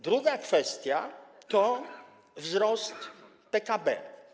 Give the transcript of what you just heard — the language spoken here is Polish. Druga kwestia to wzrost PKB.